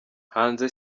hanze